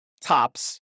tops